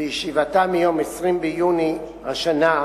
בישיבתה מיום 20 ביוני השנה,